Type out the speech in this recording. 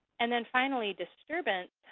and then, finally, disturbance